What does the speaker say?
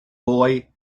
boy